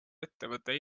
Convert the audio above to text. ettevõte